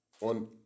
on